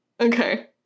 Okay